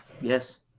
Yes